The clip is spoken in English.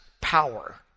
power